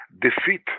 defeat